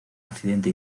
accidente